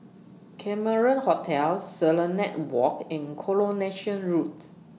Cameron Hotel Serenade Walk and Coronation Roads